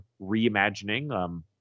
reimagining